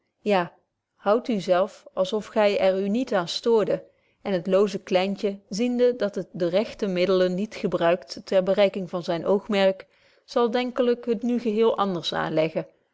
ja houdt u zelf als of gy er u niet aan stoorde en het looze kleintje ziende dat het de rechte middelen niet gebruikt ter bereiking van zyn oogmerk zal denkelyk het nu geheel anders aanleggen